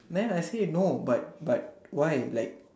then I say no but but why like